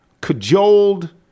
cajoled